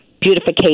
beautification